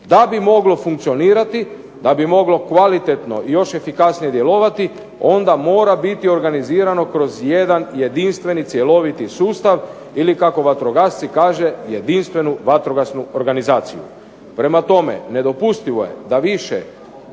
Da bi moglo funkcionirati, da bi moglo kvalitetno i još efikasnije djelovati onda mora biti organizirano kroz jedan jedinstveni cjeloviti sustav ili kako vatrogasci kažu jedinstvenu vatrogasnu organizaciju. Prema tome, nedopustivo je da više